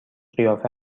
قیافه